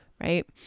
Right